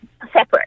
separate